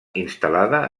instal·lada